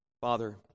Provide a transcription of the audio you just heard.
Father